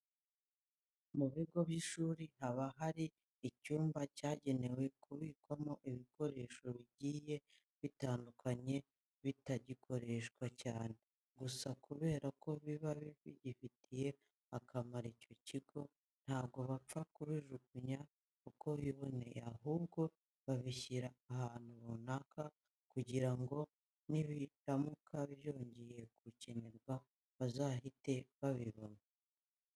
Mu bigo byinshi haba hari icyumba cyagenewe kubikwamo ibikoresho bigiye bitandukanye bitagikoreshwa cyane. Gusa kubera ko biba bigifitiye akamaro icyo kigo ntabwo bapfa kubijugunya uko biboneye, ahubwo babishyira ahantu runaka kugira ngo nibiramuka byongeye gukenerwa bazahite babibona.